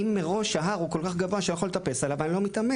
אם מראש ההר כל כך גבוה שאני לא יכול לטפס עליו אז אני גם לא מתאמץ,